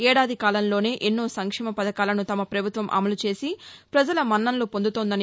ఏడాది కాలంలోనే ఎన్నో సంక్షేమ పథకాలను తమ పభుత్వం అమలు చేసి ప్రపజల మన్ననలు పొందుతోందన్నారు